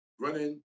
running